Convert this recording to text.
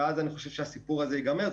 ואז הסיפור הזה ייגמר.